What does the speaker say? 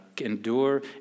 Endure